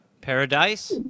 Paradise